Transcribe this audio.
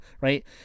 right